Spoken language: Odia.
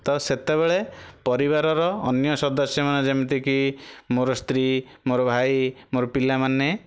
ତ ସେତେବେଳେ ପରିବାରର ଅନ୍ୟ ସଦସ୍ୟମାନେ ଯେମିତି କି ମୋର ସ୍ତ୍ରୀ ମୋର ଭାଇ ମୋର ପିଲାମାନେ